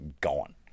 gone